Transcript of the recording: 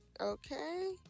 Okay